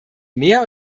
mehr